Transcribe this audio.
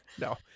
No